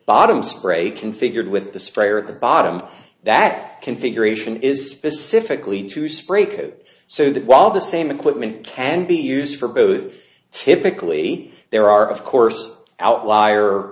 bottoms spray configured with the sprayer at the bottom that configuration is specifically to spray could so that while the same equipment can be used for both typically there are of course outl